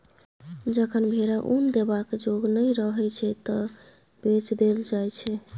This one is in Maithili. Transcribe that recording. जखन भेरा उन देबाक जोग नहि रहय छै तए बेच देल जाइ छै